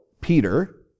Peter